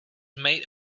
made